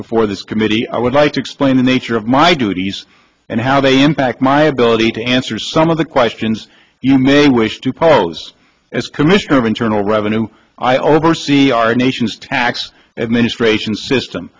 before this committee i would like to explain the nature of my duties and how they impact my ability to answer some of the questions you may wish to pose as commissioner of internal revenue i oversee our nation's tax administration system